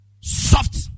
Soft